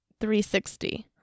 360